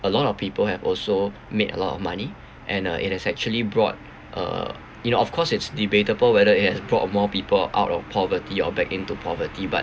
a lot of people have also made a lot of money and uh it has actually brought uh you know of course it's debatable whether it has brought more people out of poverty or back into poverty but